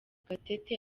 gatete